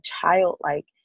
childlike